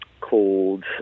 called